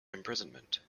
imprisonment